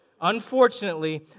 unfortunately